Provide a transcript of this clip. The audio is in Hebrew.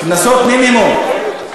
קנסות מינימום.